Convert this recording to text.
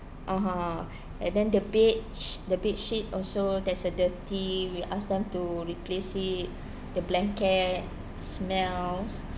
(uh huh) and then the bed sh~ the bed sheet also there's a dirty we ask them to replace it the blanket smells